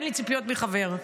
אין לי ציפיות מחבר,